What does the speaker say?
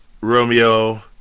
Romeo